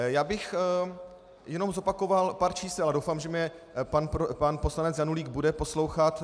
Já bych jenom zopakoval pár čísel a doufám, že mě pan poslanec Janulík bude poslouchat.